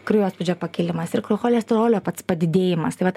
kraujospūdžio pakilimas ir krocholesterolio pats padidėjimas tai vat